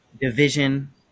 division